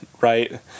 right